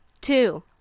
two